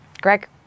Greg